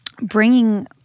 bringing